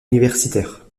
universitaires